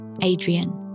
Adrian